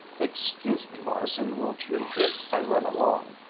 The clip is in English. excuse me, morrison, won't you, if i run along?